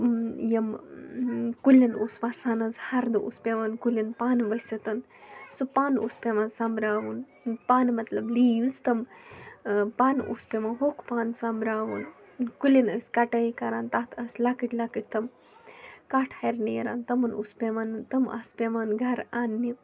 یِم کُلٮ۪ن اوس وَسان حظ ہَردٕ اوس پٮ۪وان کُلٮ۪ن پَن ؤسِتَن سُہ پَن اوس پٮ۪وان سَمبراوُن پَن مطلب لیٖوٕز تِم پَن اوس پٮ۪وان ہوٚکھ پَن سَمبراوُن کُلٮ۪ن ٲسۍ کَٹٲے کَران تَتھ ٲسۍ لۄکٕٹۍ لۄکٕٹۍ تِم کَٹھ ہَرِ نیران تِمَن اوس پٮ۪وان تِم آسہٕ پٮ۪وان گَرٕ انٛنہِ